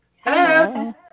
Hello